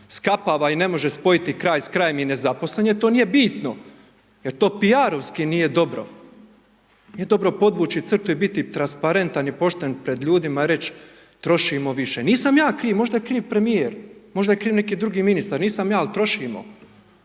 skapava i ne može spojiti kraj s krajem i nezaposlen je to, nije bitno, jer to P.R. nije dobro. Nije dobro povući crtu i biti transparentan i pošten pred ljudima i reći, trošimo više. Nisam ja kriv, možda je kriv premjer, možda je kriv neki drugi ministar, nisam ja, ali trošimo.